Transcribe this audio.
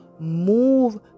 move